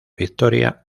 victoria